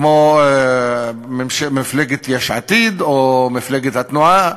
כמו מפלגת יש עתיד, או מפלגת התנועה,